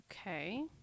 Okay